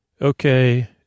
okay